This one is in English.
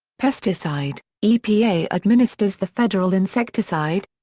pesticide epa administers the federal insecticide,